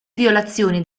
violazioni